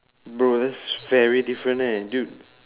bro that very different leh dude